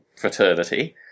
fraternity